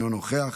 אינו נוכח,